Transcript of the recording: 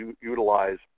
utilize